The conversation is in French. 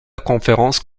conférence